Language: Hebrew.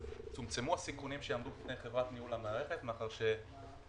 צומצמו הסיכונים שיעמדו בפני חברת ניהול המערכת מאחר שהוחלט